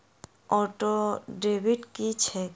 Auto debit की छैक?